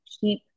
keep